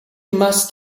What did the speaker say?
must